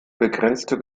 begrenzte